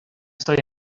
estoy